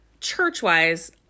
church-wise